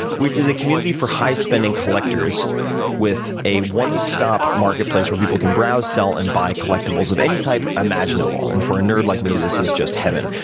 which is a community for high spending collectors with a one stop marketplace where people can browse, sell, and buy collectibles of any type imaginable. and for a nerd like me, this is just heaven.